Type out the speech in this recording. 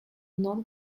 not